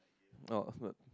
off work